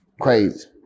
crazy